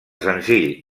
senzill